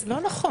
לא נכון.